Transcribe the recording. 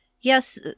Yes